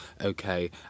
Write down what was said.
Okay